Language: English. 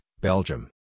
Belgium